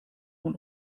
von